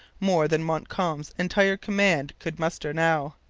more than montcalm's entire command could muster now.